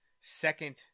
second